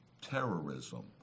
terrorism